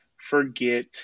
forget